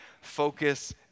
focus